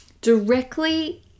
directly